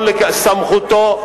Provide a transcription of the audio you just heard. סמכותו,